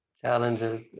Challenges